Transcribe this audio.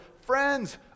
friends